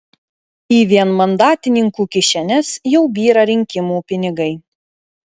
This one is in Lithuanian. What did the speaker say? į vienmandatininkų kišenes jau byra rinkimų pinigai